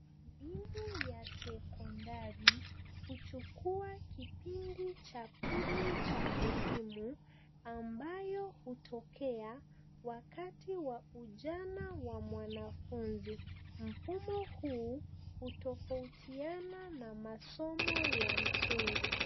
Elimu ya sekondari huchukua kipindi cha pili cha elimu ambayo hutokea wakati wa ujana wa mwanafunzi. Mfumo huu hutofautiana na masomo ya msingi.